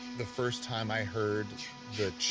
the first time i heard the